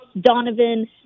Donovan